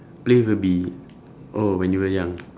play with a bee oh when you were young